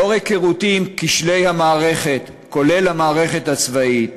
לאור היכרותי עם כשלי המערכת, כולל המערכת הצבאית,